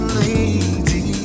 lady